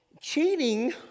cheating